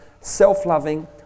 self-loving